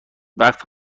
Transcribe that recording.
وقت